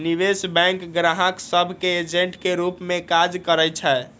निवेश बैंक गाहक सभ के एजेंट के रूप में काज करइ छै